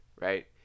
right